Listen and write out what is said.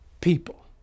people